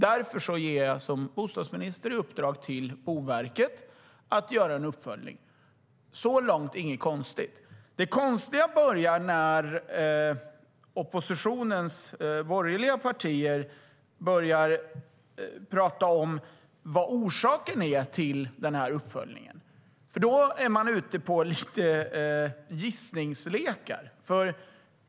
Därför ger jag som bostadsminister i uppdrag till Boverket att göra en uppföljning. Så långt inget konstigt. Det konstiga börjar när oppositionens borgerliga partier talar om vad orsaken är till uppföljningen, för då är man inne på lite gissningslekar.